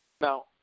Now